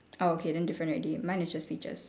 oh okay then different already mine is just peaches